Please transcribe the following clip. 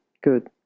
Good